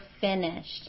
finished